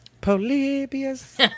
Polybius